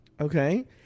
okay